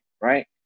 right